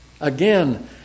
Again